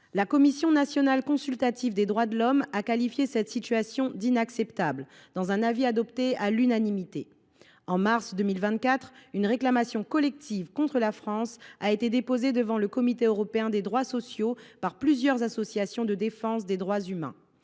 La Commission nationale consultative des droits de l’homme (CNCDH) a qualifié cette situation d’« inacceptable » dans un avis adopté à l’unanimité. En mars 2024, une réclamation collective contre la France a été déposée devant le Comité européen des droits sociaux (CEDS) par plusieurs associations de défense des droits humains.